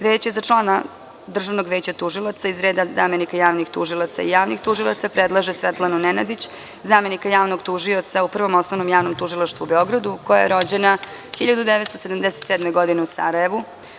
Veće za člana Državnog veća tužilaca iz reda zamenika javnih tužilaca i javnih tužilaca predlaže Svetlanu Nenadić, zamenika javnog tužioca u Prvom osnovnom javnom tužilaštvu u Beogradu, koja je rođena 1977. godine u Sarajevu.